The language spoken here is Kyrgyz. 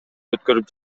өткөрүп